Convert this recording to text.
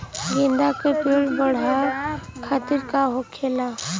गेंदा का पेड़ बढ़अब खातिर का होखेला?